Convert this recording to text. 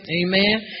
Amen